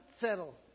settle